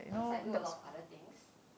because I do a lot of other things